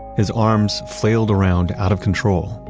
his arms flailed around out of control,